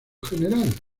general